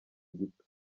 gito